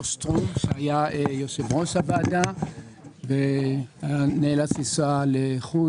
שטרום שהיה יושב ראש הוועדה ונאלץ לנסוע לחוץ